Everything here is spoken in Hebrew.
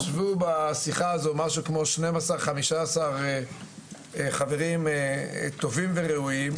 ישבו בשיחה הזו משהו כמו 12 15 חברים טובים וראויים.